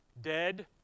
dead